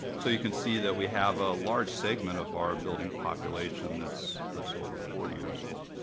so you can see that we have a large segment of our building population that's that's over forty years old.